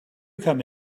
come